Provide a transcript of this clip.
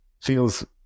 feels